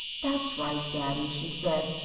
that's right, daddy, she said.